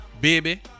Baby